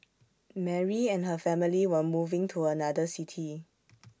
Mary and her family were moving to another city